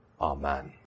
Amen